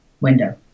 window